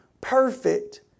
perfect